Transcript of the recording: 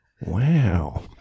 wow